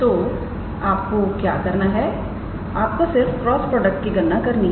तो आपको क्या करना है आपको सिर्फ क्रॉस प्रोडक्ट की गणना करनी है